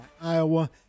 Iowa